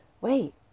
wait